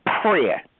prayer